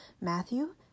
Matthew